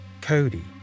Cody